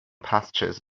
pastures